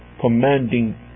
commanding